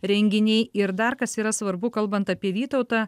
renginiai ir dar kas yra svarbu kalbant apie vytautą